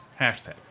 Hashtag